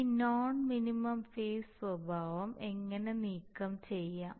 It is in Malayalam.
ഈ നോൺ മിനിമം ഫേസ് സ്വഭാവം എങ്ങനെ നീക്കംചെയ്യാം